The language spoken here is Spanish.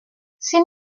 sin